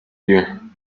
ear